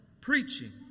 preaching